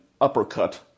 uppercut